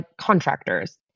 contractors